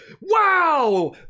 Wow